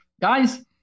guys